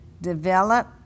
Develop